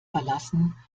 verlassen